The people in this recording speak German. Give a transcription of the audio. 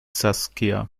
saskia